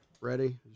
Ready